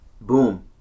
boom